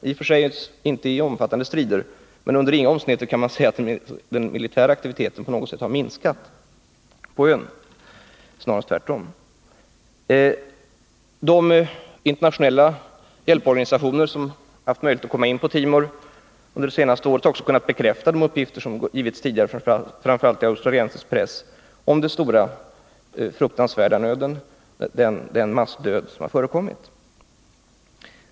I och för sig har det inte förekommit några omfattande strider, men under inga omständigheter kan man säga att den militära aktiviteten på ön har minskat. De internationella hjälporganisationer som under det senaste året har haft möjlighet att komma till Östra Timor har bekräftat de uppgifter som har lämnats tidigare, framför allt i australiensisk press, om den fruktansvärda nöden och om massmorden.